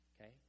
Okay